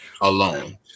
alone